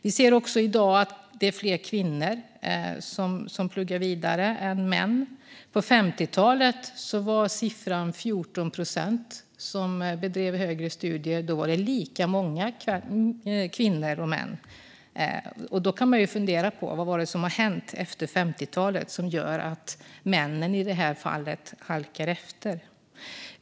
Vi ser också att det i dag är fler kvinnor än män som pluggar vidare. På 50-talet var det 14 procent som bedrev högre studier, och då var det lika många kvinnor som män. Man kan ju fundera på vad det är som har hänt efter 50-talet som gjort att männen i det här fallet halkat efter.